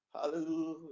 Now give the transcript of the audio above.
Hallelujah